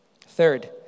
Third